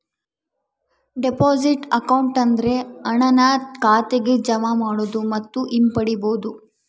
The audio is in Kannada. ಡೆಪಾಸಿಟ್ ಅಕೌಂಟ್ ಅಂದ್ರೆ ಹಣನ ಖಾತೆಗೆ ಜಮಾ ಮಾಡೋದು ಮತ್ತು ಹಿಂಪಡಿಬೋದು